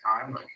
time